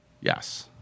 Yes